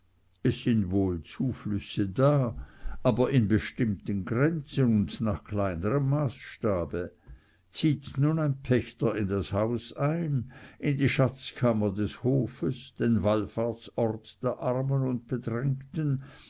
es sind wohl zuflüsse da aber in bestimmten grenzen und nach kleinerem maßstabe zieht nun ein pächter in das haus ein in die schatzkammer des hofes den wallfahrtsort der armen und bedrängten